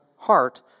heart